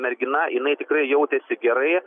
mergina jinai tikrai jautėsi gerai